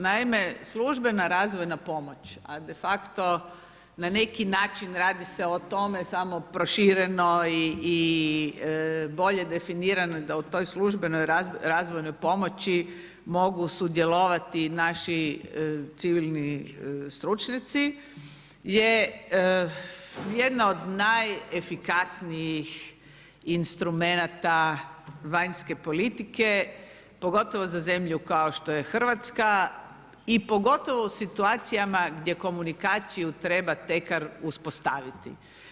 Naime, službena razvojna pomoć, a de facto na neki način radi se o tome samo prošireno i bolje definirano da u toj službenoj razvojnoj pomoći mogu sudjelovati naši civilni stručnjaci, je jedna od najefikasnijih instrumenata vanjske politike, pogotovo za zemlju kao što je Hrvatska i pogotovo u situacijama gdje komunikaciju treba tek uspostaviti.